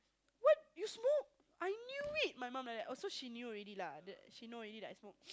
what you smoke I knew it my mum like that oh so you knew already lah then she know already that I smoke